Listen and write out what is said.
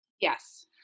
Yes